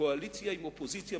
קואליציה עם אופוזיציה,